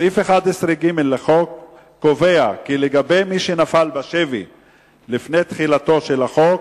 סעיף 11(ג) לחוק קובע כי לגבי מי שנפל בשבי לפני תחילתו של החוק,